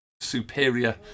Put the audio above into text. superior